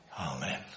Amen